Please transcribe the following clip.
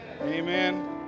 Amen